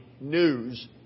news